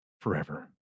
forever